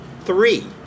Three